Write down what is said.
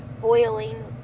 Boiling